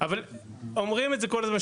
אבל אומרים את זה כל הזמן.